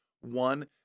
One